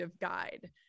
guide